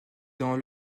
dans